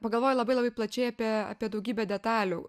pagalvoju labai labai plačiai apie apie daugybę detalių